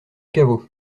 caveau